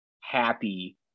happy